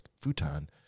futon